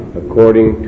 according